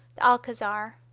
the alcazar,